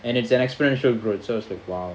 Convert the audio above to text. and it's an exponential growth so !wow!